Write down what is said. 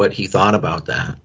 what he thought about that